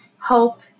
Hope